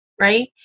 right